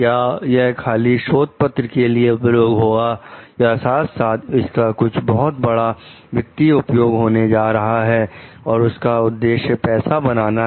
क्या यह खाली शोध पत्र के लिए प्रयोग होगा या साथ साथ इसका कुछ बहुत बड़ा वित्तीय उपयोग होने जा रहा है और उसका उद्देश्य पैसा बनाना है